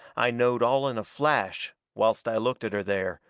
i knowed all in a flash, whilst i looked at her there,